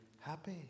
happy